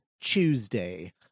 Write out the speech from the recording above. Tuesday